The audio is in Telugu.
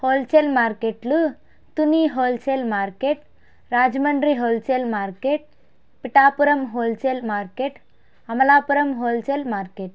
హోల్సేల్ మార్కెట్లు Tuni wholesale market Rajahmundry wholesale market Pithapuram wholesale market Amalapuram wholesale market